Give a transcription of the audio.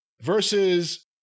versus